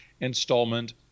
installment